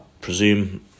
presume